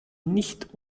nicht